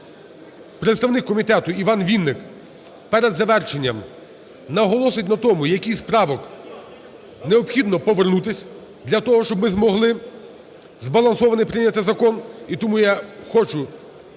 Представник комітету Іван Вінник перед завершенням наголосить на тому, які з правок необхідно повернутись для того, щоб ми змогли збалансований прийняти закон.